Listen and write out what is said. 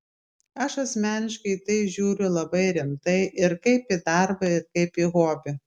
aš asmeniškai į tai žiūriu labai rimtai ir kaip į darbą ir kaip į hobį